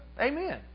amen